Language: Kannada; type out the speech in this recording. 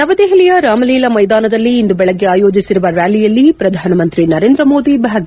ನವದೆಹಲಿಯ ರಾಮಲೀಲಾ ಮೈದಾನದಲ್ಲಿ ಇಂದು ಬೆಳಗ್ಗೆ ಆಯೋಜಿಸಿರುವ ರ್ನಾಲಿಯಲ್ಲಿ ಪ್ರಧಾನಮಂತ್ರಿ ನರೇಂದ್ರ ಮೋದಿ ಭಾಗಿ